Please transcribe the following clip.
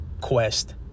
quest